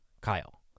Kyle